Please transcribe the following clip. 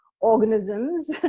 organisms